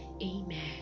amen